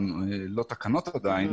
הן לא תקנות עדיין